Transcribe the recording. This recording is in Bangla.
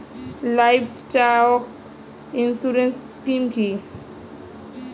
লাইভস্টক ইন্সুরেন্স স্কিম কি?